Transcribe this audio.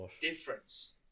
difference